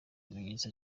ibimenyetso